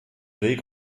rege